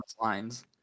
lines